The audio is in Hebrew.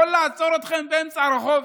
הוא יכול לעצור אתכם באמצע הרחוב,